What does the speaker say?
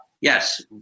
yes